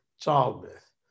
childbirth